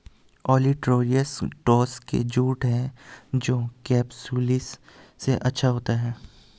olitorius tossa jute है जो capsularis से अच्छा होता है